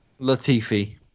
Latifi